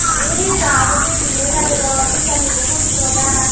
ओइ जोंहाबोथ' बिदिनो जादोंर' फैसानिबो कस्त' दा